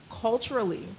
culturally